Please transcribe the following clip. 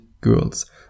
girls